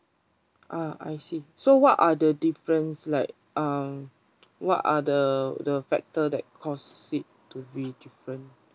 ah I see so what are the difference like um what are the the factor that cost seek to be different